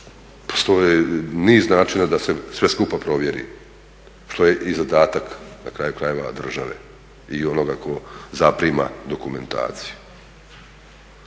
Postoji niz način da se sve skupa provjeri što je i zadatak na kraju krajeva države i onoga ko zaprima dokumentaciju.